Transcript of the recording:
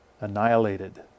annihilated